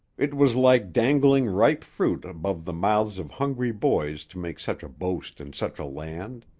it was like dangling ripe fruit above the mouths of hungry boys to make such a boast in such a land.